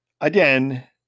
again